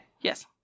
yes